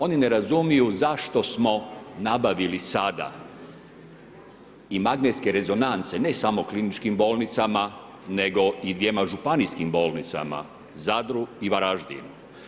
Oni ne razumiju zašto smo nabavili sada i magnetske rezonance, ne samo kliničkim bolnicama, nego i dvjema županijskim bolnicama, Zadru i Varaždin.